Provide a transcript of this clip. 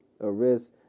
arrest